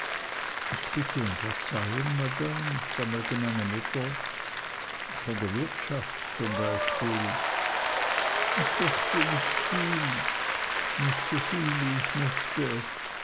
ich bitte um verzeihung madame stammelte meine mutter von der wirtschaft zum beispiel sagte miß betsey ich fürchte nicht viel nicht so viel wie ich möchte